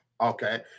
Okay